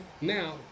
Now